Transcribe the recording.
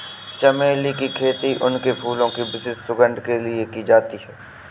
चमेली की खेती उनके फूलों की विशिष्ट सुगंध के लिए की जाती है